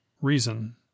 reason